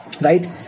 Right